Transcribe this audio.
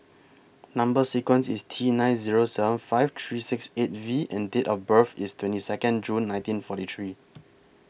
Number sequence IS T nine Zero seven five three six eight V and Date of birth IS twenty Second June nineteen forty three